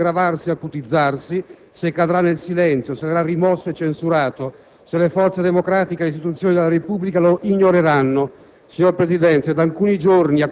Un dramma sociale che potrà ancor più aggravarsi e acutizzarsi se cadrà nel silenzio, se verrà rimosso e censurato, se le forze democratiche e le istituzioni della Repubblica lo ignoreranno.